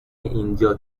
اینجا